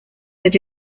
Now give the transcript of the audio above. that